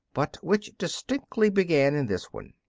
but which distinctly began in this one.